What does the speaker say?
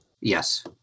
Yes